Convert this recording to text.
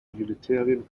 unitarian